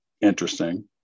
interesting